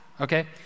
okay